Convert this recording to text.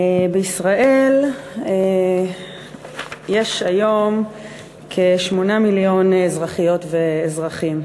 בישראל יש היום כ-8 מיליון אזרחיות ואזרחים,